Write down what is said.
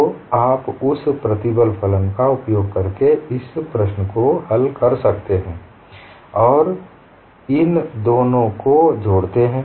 तो आप उस प्रतिबल फलन का उपयोग करके इस प्रश्न को हल करते हैं और इन दोनों को जोड़ते हैं